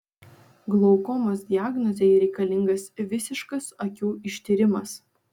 glaukomos diagnozei reikalingas visiškas akių ištyrimas